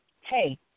hey